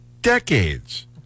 decades